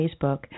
Facebook